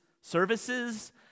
services